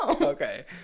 okay